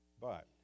But